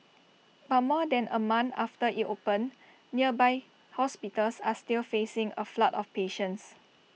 but more than A month after IT opened nearby hospitals are still facing A flood of patients